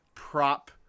prop